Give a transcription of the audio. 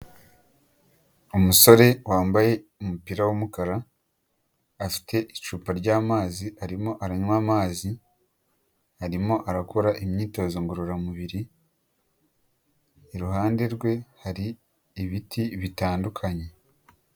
Umusore wambaye umupira wumukara afite icupa ryamazi arimo aranywa amazi, arimo arakora imyitozo ngororamubiri, iruhande rwe hari ibiti bitandukanye.